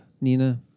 Nina